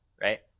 right